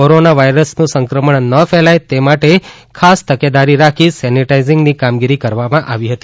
corona વાયરસનું સંક્રમણ ન ફેલાય તે માટે તે ખાસ તકેદારી રાખી સેનેટાઈઝિંકની કામગીરી કરવામાં આવી હતી